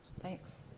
thanks